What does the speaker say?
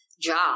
job